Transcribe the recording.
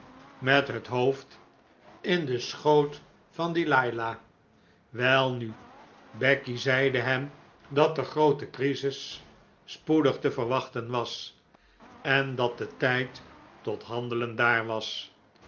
met het hoofd in den schoot van delila welnu becky zeide hem dat de groote crisis spoedig te verwachten was en dat de tijd tot handelen daar was